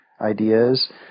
ideas